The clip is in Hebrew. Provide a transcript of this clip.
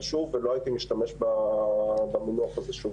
אבל שוב - לא הייתי משתמש במינוח הזה שוב.